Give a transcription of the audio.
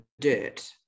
dirt